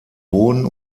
boden